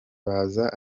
baza